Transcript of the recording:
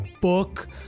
book